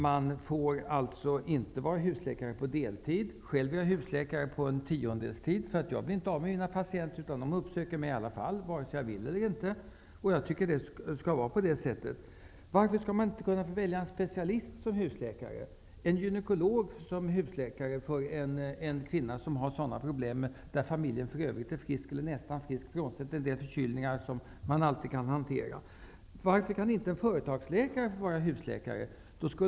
Ingen får vara husläkare på deltid. Själv är jag husläkare på en tiondelstid, eftersom jag inte blir av med mina patienter -- de uppsöker mig vare sig jag vill det eller inte. Jag tycker också att det skall vara på det sättet. Varför skall man inte få välja en specialist som husläkare. Varför skall en kvinna inte få ha en gynekolog som husläkare om hon har problem men familjen i övrigt är frisk, bortsett från en del förkylningar som man alltid kan hantera. Varför kan inte en företagsläkare få vara husläkare?